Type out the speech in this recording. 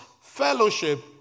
fellowship